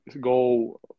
go